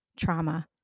trauma